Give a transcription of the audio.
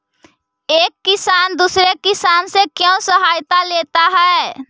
एक किसान दूसरे किसान से क्यों सहायता लेता है?